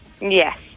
Yes